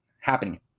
happening